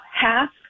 half